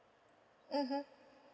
mmhmm